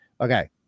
Okay